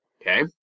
okay